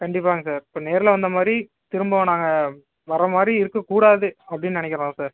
கண்டிப்பாகங்க சார் இப்போ நேரில் வந்த மாதிரி திரும்பவும் நாங்கள் வரமாதிரி இருக்க கூடாது அப்படின் நினைக்கிறோம் சார்